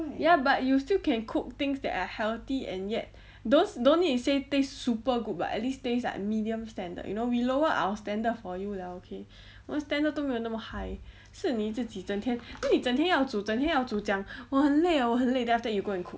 ya but you still can cook things that are healthy and yet those don't need to say taste super good but at least tastes like medium standard you know we lower our standard for you lah okay 我的 standard 都没有那么 high 是你自己整天 then 你整天要煮整天要讲我很累 ah 我很累 then after that you go and cook